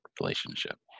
relationship